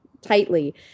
tightly